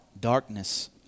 darkness